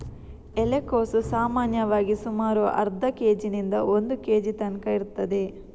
ಎಲೆಕೋಸು ಸಾಮಾನ್ಯವಾಗಿ ಸುಮಾರು ಅರ್ಧ ಕೇಜಿನಿಂದ ಒಂದು ಕೇಜಿ ತನ್ಕ ಇರ್ತದೆ